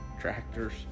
tractors